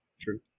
true